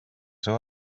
seu